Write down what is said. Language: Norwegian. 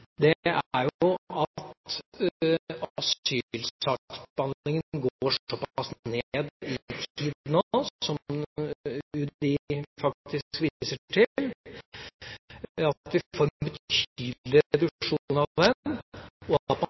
at asylsaksbehandlingstida går såpass ned nå, som UDI faktisk viser til, at vi får en betydelig reduksjon i den, og